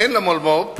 אין למולמו"פ